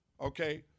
okay